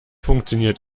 funktioniert